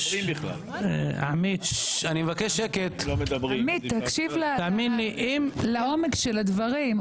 עמית, תקשיב לעומק של הדברים.